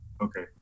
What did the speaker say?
Okay